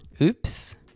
Oops